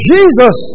Jesus